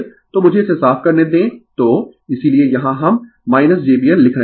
तो मुझे इसे साफ करने दें तो इसीलिये यहाँ हम jB L लिख रहे है